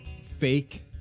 Fake